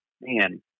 man